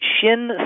shin